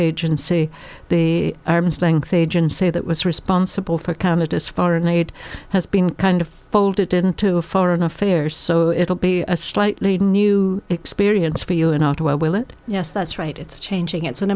agency the arm's length agency that was responsible for canada's foreign aid has been kind of folded into a foreign affairs so it'll be a slightly new experience for you in ottawa will it yes that's right it's changing it's an